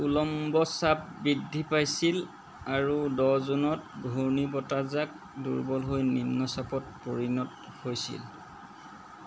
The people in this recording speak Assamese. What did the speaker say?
উলম্ব চাপ বৃদ্ধি পাইছিল আৰু দহ জুনত ঘূৰ্ণিবতাহজাক দুৰ্বল হৈ নিম্নচাপত পৰিণত হৈছিল